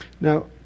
Now